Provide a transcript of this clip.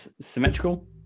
symmetrical